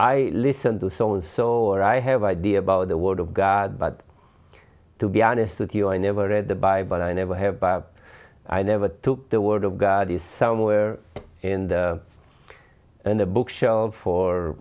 i listen to so and so far i have idea about the word of god but to be honest with you i never read the bible i never have i never took the word of god is somewhere in the and the book shelves for